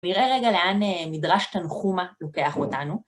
נראה רגע לאן מדרש תנחומא לוקח אותנו.